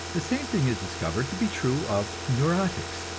the same thing is discovered to be true of neurotics,